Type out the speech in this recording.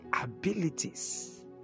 abilities